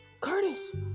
Curtis